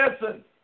listen